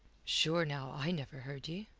sure, now, i never heard ye.